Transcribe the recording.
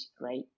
right